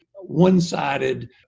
one-sided